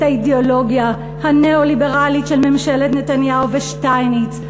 האידיאולוגיה הניאו-ליברלית של ממשלת נתניהו ושטייניץ,